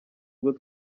ubwo